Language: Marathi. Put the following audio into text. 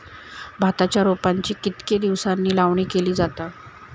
भाताच्या रोपांची कितके दिसांनी लावणी केली जाता?